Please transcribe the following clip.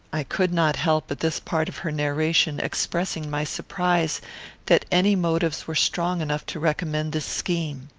i could not help, at this part of her narration, expressing my surprise that any motives were strong enough to recommend this scheme.